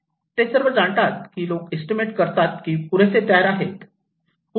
ते सर्व जाणतात किंवा लोक इस्टिमेट करतात की ते पुरेसे तयार आहेत